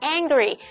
Angry